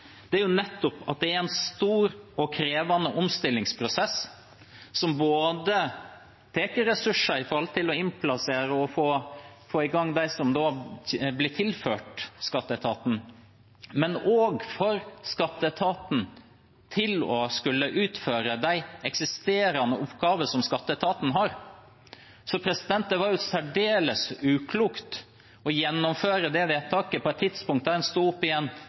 er nettopp at det er en stor og krevende omstillingsprosess, som tar ressurser i forbindelse med både å innplassere og få i gang de som blir tilført skatteetaten, og med tanke på at skatteetaten skal utføre de eksisterende oppgavene som skatteetaten har. Det var særdeles uklokt å gjennomføre det vedtaket på et tidspunkt da en sto